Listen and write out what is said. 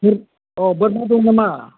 अ बोरमा दं नामा